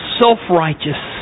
self-righteous